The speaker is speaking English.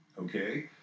okay